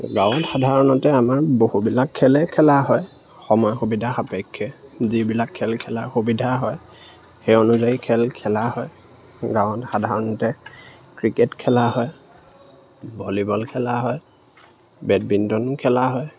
গাঁৱত সাধাৰণতে আমাৰ বহুবিলাক খেলেই খেলা হয় সময় সুবিধা সাপেক্ষে যিবিলাক খেল খেলা সুবিধা হয় সেই অনুযায়ী খেল খেলা হয় গাঁৱত সাধাৰণতে ক্ৰিকেট খেলা হয় ভলীবল খেলা হয় বেডমিণ্টন খেলা হয়